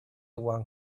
one